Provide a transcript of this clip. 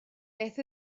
beth